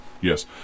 Yes